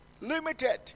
limited